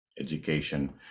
education